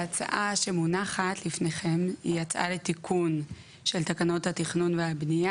ההצעה שמונחת לפניכם היא הצעה לתיקון של תקנות התכנון והבנייה,